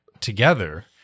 together